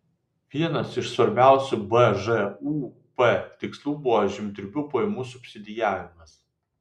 vienas iš svarbiausių bžūp tikslų buvo žemdirbių pajamų subsidijavimas